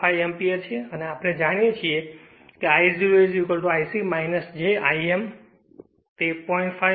5 ampere છે અને આપણે જાણીએ છીએ કે I 0 I c j I m તેથી તે 0